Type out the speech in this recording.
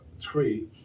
three